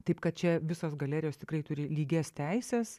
taip kad čia visos galerijos tikrai turi lygias teises